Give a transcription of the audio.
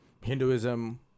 Hinduism